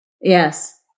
Yes